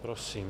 Prosím.